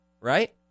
Right